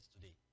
today